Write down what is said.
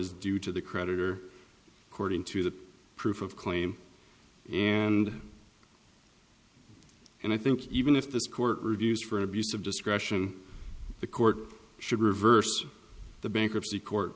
is due to the creditor according to the proof of claim and and i think even if this court reviews for abuse of discretion the court should reverse the bankruptcy court